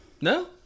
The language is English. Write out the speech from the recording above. No